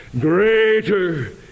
Greater